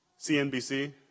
CNBC